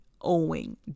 owing